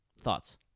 Thoughts